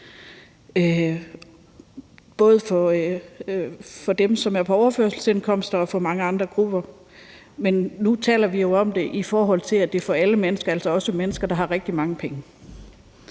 både for dem, som er på overførselsindkomst, og for mange andre grupper. Men nu taler vi jo om det, i forhold til at det er for alle mennesker, altså også mennesker, der har rigtig mange penge.